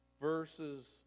verses